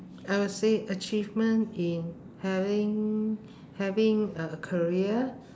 I would say achievement in having having a a career